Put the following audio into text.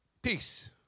Peace